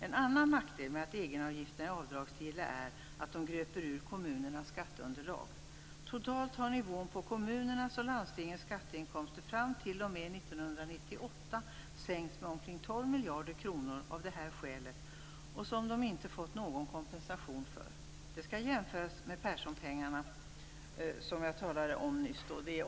En annan nackdel med att egenavgifterna är avdragsgilla är att de gröper ur kommunerna skatteunderlag. Totalt sänks nivån på kommunernas och landstingens skatteinkomster fram t.o.m. 1998 med omkring 12 miljarder kronor av detta skäl, vilket de inte fått någon kompensation för. Det skall jämföras med Perssonpengarna, som jag talade om nyss.